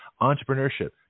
entrepreneurship